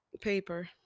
paper